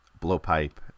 Blowpipe